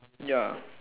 ya